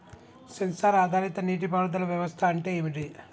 Censor ఆధారిత నీటి పారుదల వ్యవస్థ అంటే ఏమిటి?